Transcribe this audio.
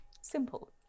Simple